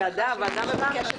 אנחנו צריכים